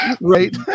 Right